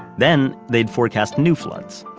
then, they'd forecast new floods.